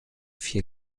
vier